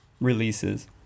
releases